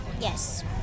Yes